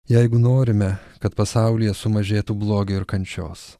jeigu norime kad pasaulyje sumažėtų blogio ir kančios